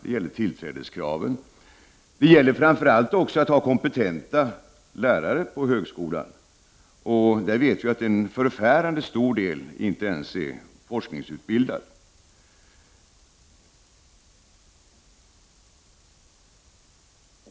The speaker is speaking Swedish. Det gäller tillträdeskraven, och det gäller framför allt att det skall finnas kompetenta lärare på högskolan, där vi vet att en förfärande stor del inte ens är forskningsutbildade.